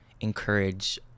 encourage